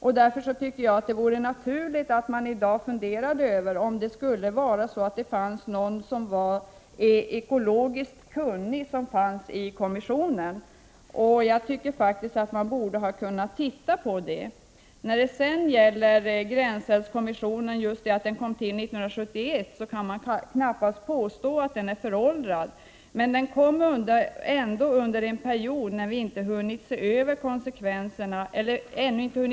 Jag tycker därför att det är naturligt att i dag fundera över om det inte skulle finnas någon ekologiskt kunnig person med i kommissionen. Jag tycker faktiskt att man borde ha kunnat titta på det. Eftersom gränsälvskommissionen kom till 1971 kan man knappast påstå att den är föråldrad. Den kom ändock till vid en tidpunkt då man ännu inte hade hunnit se över, eller ännu inte hunnit upptäcka, konsekvenserna avden = Prot.